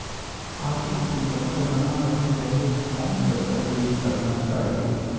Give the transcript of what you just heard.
आलू की गुनबता बना रहे रहे कौन सा शहरी दलना चाये?